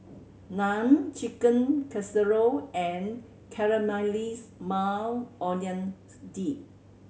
Naan Chicken Casserole and Caramelized Maui Onions Dip